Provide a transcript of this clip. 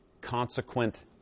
consequent